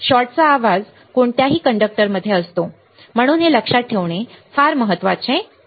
शॉटचा आवाज कोणत्याही कंडक्टरमध्ये असतो म्हणून हे लक्षात ठेवणे फार महत्वाचे आहे